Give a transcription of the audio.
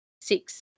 six